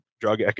drug